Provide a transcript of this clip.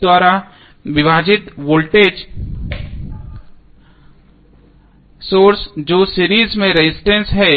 द्वारा विभाजित voltage source जो सीरीज में रेजिस्टेंस है